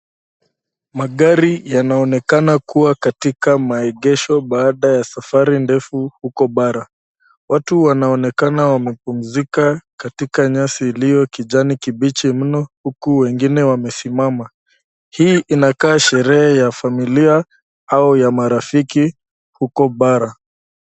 Magari yanaonekana kuwa katika maegesho baada ya safari ndefu huko bara. Watu wanaonekana wamepumzika katika nyasi iliyo kijani kibichi mno huku wengine wamesimama. Hii inakaa sherehe ya familia au ya marafiki huko bara.